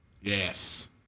Yes